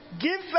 give